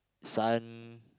son